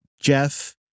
Jeff